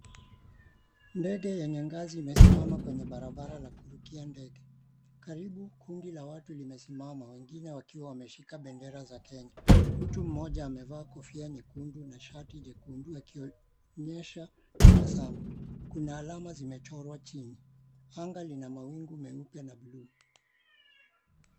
Ndege yenye ngazi imesimama kwenye barabara ya kuvukia ndege. Karibu kundi la watu limesimama wengine wakiwa wameshika bendera za Kenya. Mtu mmoja amevaa kofia nyekundu na shati jekundu akionyesha tabasamu. Kuna alama zimechorwa chini. Anga lina mawingu meupe na buluu.